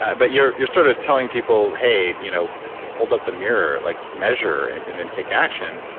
ah but you're you're sort of telling people, hey, you know hold up the mirror. like measure and and then take action.